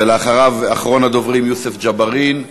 ואחריו, אחרון הדוברים, יוסף ג'בארין,